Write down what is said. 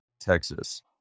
texas